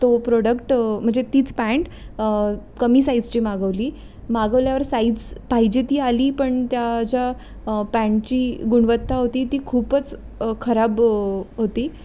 तो प्रोडक्ट म्हणजे तीच पॅन्ट कमी साईजची मागवली मागवल्यावर साईज पाहिजे ती आली पण त्या ज्या पॅन्टची गुणवत्ता होती ती खूपच खराब होती